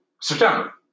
September